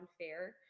unfair